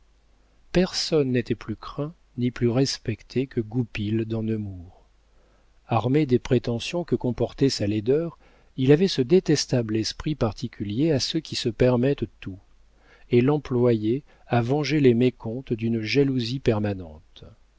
personne n'était plus craint ni plus respecté que goupil dans nemours armé des prétentions que comportait sa laideur il avait ce détestable esprit particulier à ceux qui se permettent tout et l'employait à venger les mécomptes d'une jalousie permanente